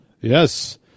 Yes